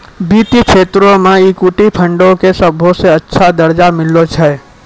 वित्तीय क्षेत्रो मे इक्विटी फंडो के सभ्भे से अच्छा दरजा मिललो छै